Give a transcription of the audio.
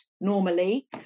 normally